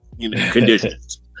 conditions